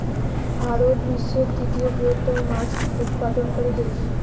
ভারত বিশ্বের তৃতীয় বৃহত্তম মাছ উৎপাদনকারী দেশ